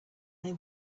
they